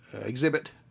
exhibit